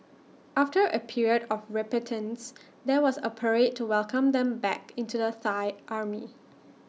after A period of repentance there was A parade to welcome them back into the Thai army